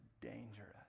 dangerous